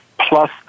plus